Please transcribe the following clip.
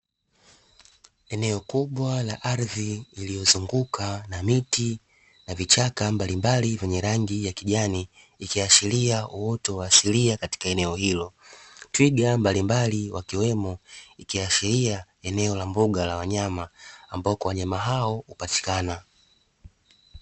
Eneo kubwa la ardhi iliyozunguka na miti na vichaka mbalimbali vyenye rangi ya kijani, ikiashiria uoto wa asilia katika eneo hilo. Twiga mbalimbali wakiwemo, ikiashiria eneo la mbuga la wanyama ambako wanyama hao hupatikana.